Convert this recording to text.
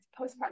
postpartum